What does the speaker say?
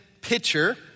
pitcher